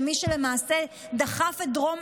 אנחנו יודעים שמה שלמעשה דחף את דרום